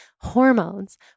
Hormones